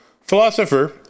Philosopher